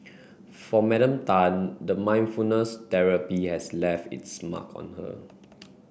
for Madam Tan the mindfulness therapy has left its mark on her